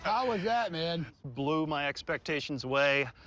how was that, man? blew my expectations away.